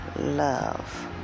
love